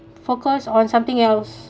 focus on something else